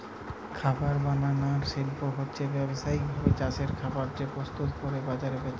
খাবার বানানার শিল্প হচ্ছে ব্যাবসায়িক ভাবে চাষের খাবার কে প্রস্তুত কোরে বাজারে বেচা